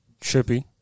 Trippy